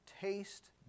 Taste